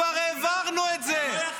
-- אנחנו כבר העברנו את זה.